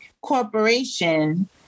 corporation